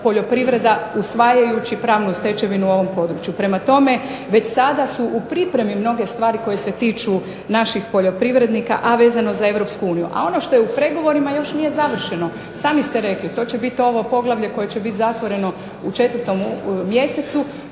poljoprivreda usvajajući pravnu stečevinu u ovom području. Prema tome, već sada su u pripremi mnoge stvari koje se tiču naših poljoprivrednika, a vezano za Europsku uniju, a ono što je u pregovorima još nije završeno. Sami ste rekli, to će biti ovo poglavlje koje će bit zatvoreno u 4. mjesecu,